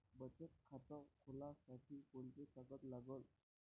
बचत खात खोलासाठी कोंते कागद लागन?